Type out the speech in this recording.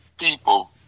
people